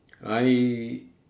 I